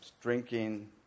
drinking